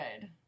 good